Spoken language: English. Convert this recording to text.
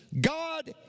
God